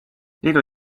liidu